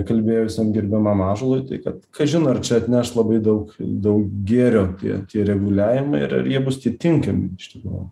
kalbėjusiam gerbiamam ąžuolui tai kad kažin ar čia atneš labai daug dau gėrio tie tie reguliavimai ir ar jie bus tie tinkami iš tikrųjų